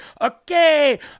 okay